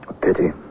pity